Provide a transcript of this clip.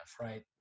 Right